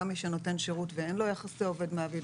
מי שנותן שירות ואין לו יחסי עובד-מעביד.